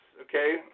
okay